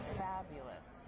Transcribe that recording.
fabulous